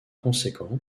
conséquent